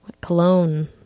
Cologne